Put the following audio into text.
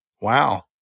wow